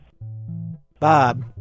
Bob